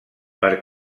per